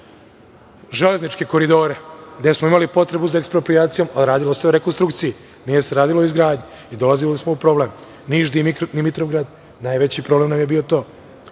železničke koridore gde smo imali potrebu za eksproprijacijom, a radilo se o rekonstrukciji. Nije se radilo o izgradnji i dolazili smo u problem. Niš-Dimitrovgrad, najveći problem nam je bilo to